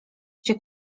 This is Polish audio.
się